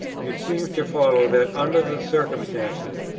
it seems to follow that, under the circumstances,